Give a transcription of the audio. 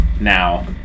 now